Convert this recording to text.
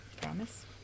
Promise